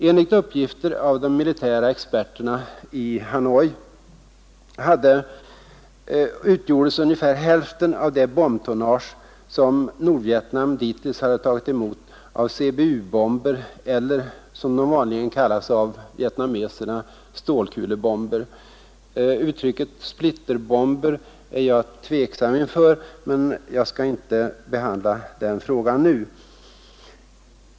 Enligt uppgifter av de militära experterna i Hanoi utgjordes ungefär hälften av det bombtonnage som Nordvietnam dittills hade tagit emot av CBU-bomber eller, som de vanligen kallas av vietnameserna, stålkulebomber. Uttrycket splitterbomber är jag tveksam inför, men jag skall inte behandla den frågan nu.